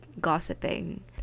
gossiping